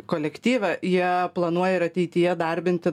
kolektyve jie planuoja ir ateityje darbinti